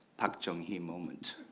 park chung hee moment.